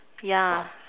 ya